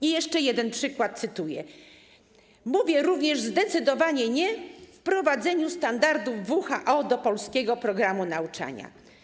I jeszcze jeden przykład, cytuję: Mówię również zdecydowane nie wprowadzeniu standardów WHO do polskiego programu nauczania.